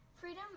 Freedom